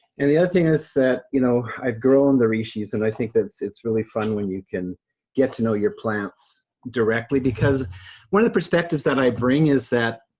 and the other thing is that you know i've grown the reishis, and i think that it's it's really fun when you can get to know your plants directly. because one of the perspectives that i bring is that